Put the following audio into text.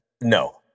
No